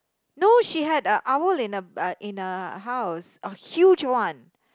no she had a owl in a uh in a house a huge one